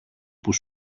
που